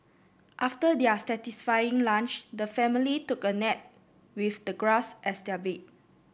after their satisfying lunch the family took a nap with the grass as their bed